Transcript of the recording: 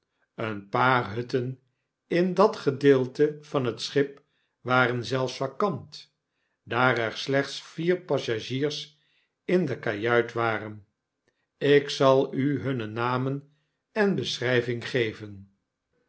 een paar hutten in dat gedeelte van het schip waren zelfs vacant daar er slechts vier passagiers in de kajuit waren ik zal u hunne namen en beschryving geven